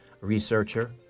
researcher